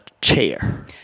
chair